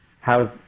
How's